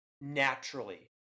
naturally